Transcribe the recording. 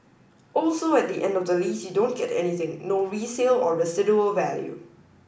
also at the end of the lease you don't get anything no resale or residual value